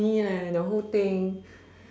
funny leh the whole thing